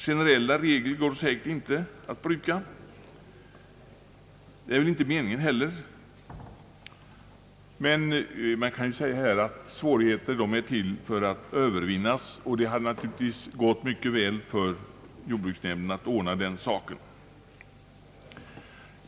Generella regler går säkert inte att bruka. Det är väl inte meningen heller. Man brukar dock säga att svårigheter är till för att övervinnas, och det går naturligtvis mycket väl för jordbruksnämnden att ordna den saken.